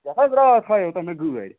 یۅس حظ راتھ ہایوٚو تۄہہِ مےٚ گٲڑۍ